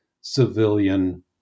civilian